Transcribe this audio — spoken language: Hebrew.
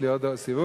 יש לי עוד סיבוב?